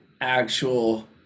actual